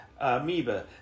amoeba